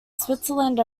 switzerland